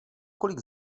kolik